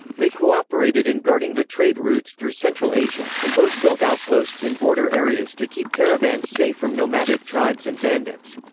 they cooperated in guarding the trade routes through central asia, and both built outposts in border areas to keep caravans safe from nomadic tribes and bandits.